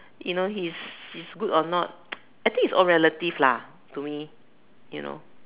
you know he is he is good or not I think it's all relative lah to me you know